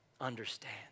understand